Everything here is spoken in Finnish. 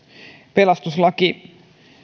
pelastuslaki